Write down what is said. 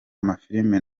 amafilime